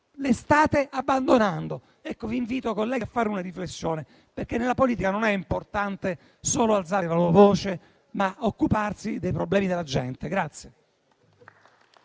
che state abbandonando. Vi invito, colleghi, a fare una riflessione, perché nella politica non è importante solo alzare la voce, ma occuparsi dei problemi della gente.